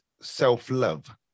self-love